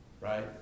Right